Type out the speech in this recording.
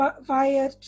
via